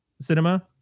cinema